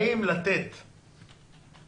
באים לתת יכולות.